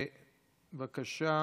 בבקשה.